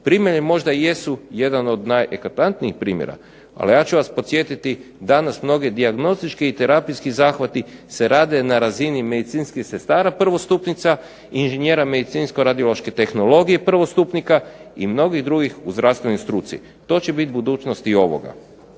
Primalje možda i jesu jedan od najeklatantnijih primjera, ali ja ću vas podsjetiti danas mnoge dijagnostički i terapijski zahvati se rade na razini medicinskih sestara prvostupnica, inženjera medicinsko-radiološke tehnologije prvostupnika, i mnogih drugih u zdravstvenoj struci. To će biti budućnost i ovoga.